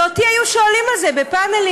ואותי היו שואלים על זה בפאנלים,